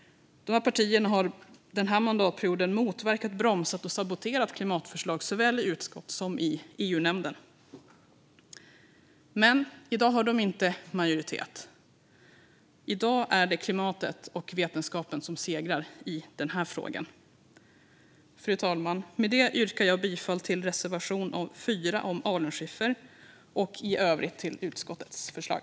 De här partierna har under den här mandatperioden motverkat, bromsat och saboterat klimatförslag såväl i utskott som i EU-nämnden. Men i dag har de inte majoritet. I dag är det klimatet och vetenskapen som segrar i den här frågan. Fru talman! Med det yrkar jag bifall till reservation 4 om alunskiffer och i övrigt bifall till utskottets förslag.